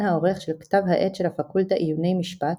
העורך של כתב העת של הפקולטה עיוני משפט,